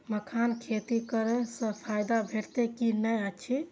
मखानक खेती करे स फायदा भेटत की नै अछि?